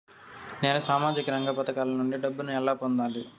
నేను సామాజిక రంగ పథకాల నుండి డబ్బుని ఎలా పొందాలి?